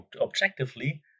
objectively